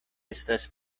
estas